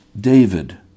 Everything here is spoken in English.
David